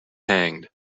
hanged